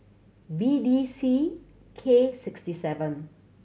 V D C K sixty seven